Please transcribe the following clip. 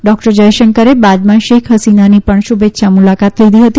doctor જયશંકરે બાદમાં શેખ ફસીનાની પણ શુભેચ્છા મુલાકાત લીધી હતી